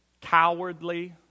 cowardly